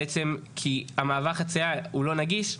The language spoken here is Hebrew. בעצם כי מעבר החציה לא נגיש,